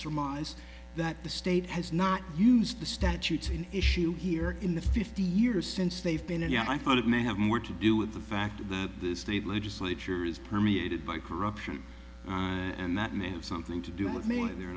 surmise that the state has not used the statutes in issue here in the fifty years since they've been and yet i find it may have more to do with the fact that the state legislatures permeated by corruption and that may have something to do with the